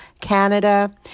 Canada